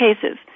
cases